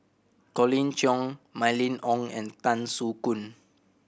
Colin Cheong Mylene Ong and Tan Soo Khoon